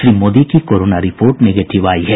श्री मोदी की corona report negative आयी है